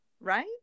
right